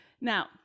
Now